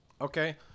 okay